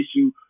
issue